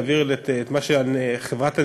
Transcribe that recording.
לחברת הנמלים.